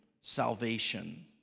salvation